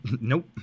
Nope